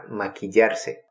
maquillarse